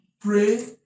pray